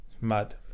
Mad